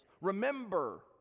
Remember